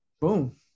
Boom